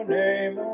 name